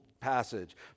passage